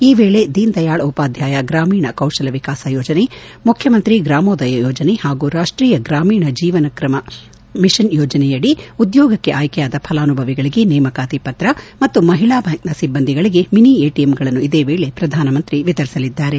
ಈ ವೇಳೆ ದೀನ್ ದಯಾಳ್ ಉಪಾಧ್ವಾಯ ಗ್ರಾಮೀಣ ಕೌಶಲ ವಿಕಾಸ ಯೋಜನೆ ಮುಖ್ಯಮಂತ್ರಿ ಗ್ರಾಮೋದಯ ಯೋಜನೆ ಹಾಗೂ ರಾಷ್ಷೀಯ ಗ್ರಾಮೀಣ ಜೀವನ ತ್ರಮ ಮಿಷನ್ ಯೋಜನೆಯಡಿ ಉದ್ಯೋಗಕ್ಕೆ ಆಯ್ಲೆಯಾದ ಫಲಾನುಭವಿಗಳಿಗೆ ನೇಮಕಾತಿ ಪತ್ರ ಮತ್ತು ಮಹಿಳಾ ಬ್ಲಾಂಕ್ನ ಸಿಬ್ಲಂದಿಗಳಿಗೆ ಮಿನಿ ಎಟಿಎಂಗಳನ್ನು ಪ್ರಧಾನಮಂತ್ರಿ ವಿತರಿಸಲಿದ್ದಾರೆ